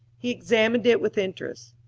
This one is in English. he examined it with interest.